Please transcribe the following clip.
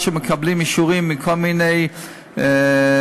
עד שמקבלים אישורים מכל מיני מוסדות,